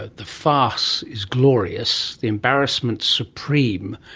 ah the farce is glorious, the embarrassment supreme,